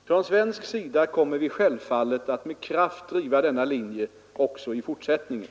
Från svensk sida kommer vi självfallet att med kraft driva denna linje också i fortsättningen.